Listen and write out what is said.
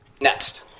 Next